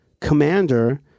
commander